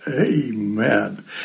amen